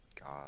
God